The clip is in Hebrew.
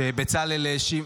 שבצלאל האשים?